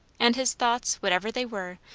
and his thoughts, whatever they were,